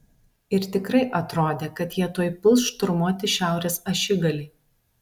ir tikrai atrodė kad jie tuoj puls šturmuoti šiaurės ašigalį